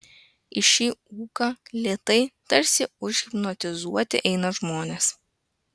į šį ūką lėtai tarsi užhipnotizuoti eina žmonės